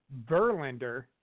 Verlander